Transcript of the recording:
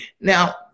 Now